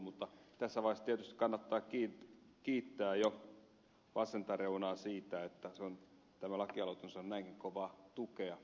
mutta tässä vaiheessa tietysti kannattaa kiittää jo vasenta reunaa siitä että tämä laki aloite on saanut näinkin kovaa tukea